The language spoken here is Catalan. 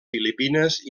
filipines